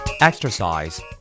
Exercise